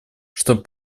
чтобы